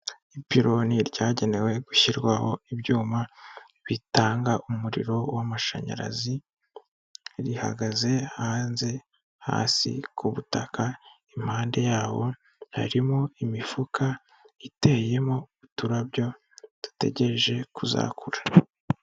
Ipironi ryagenewe gushyirwaho ibyuma bitanga umuriro w'amashanyarazi, rihagaze hanze hasi kubutaka impande yawo harimo imifuka iteyemo uturarabyo dutegereje kuzakura.